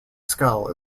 skull